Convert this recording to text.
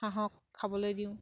হাঁহক খাবলৈ দিওঁ